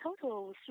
total